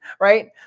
right